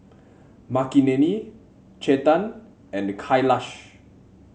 Makineni Chetan and Kailash